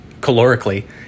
calorically